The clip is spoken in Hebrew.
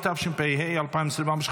התשפ"ה 2024,